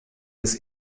des